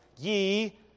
ye